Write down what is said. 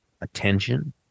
attention